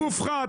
בגופך,